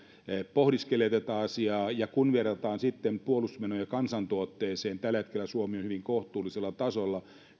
pohdiskelee tätä asiaa ja kun verrataan sitten puolustusmenoja kansantuotteeseen niin tällä hetkellä suomi on hyvin kohtuullisella tasolla